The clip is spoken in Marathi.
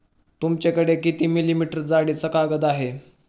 तुमच्याकडे किती मिलीमीटर जाडीचा कागद आहे?